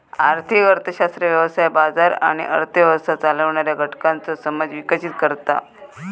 आर्थिक अर्थशास्त्र व्यवसाय, बाजार आणि अर्थ व्यवस्था चालवणाऱ्या घटकांचो समज विकसीत करता